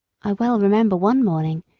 i well remember one morning,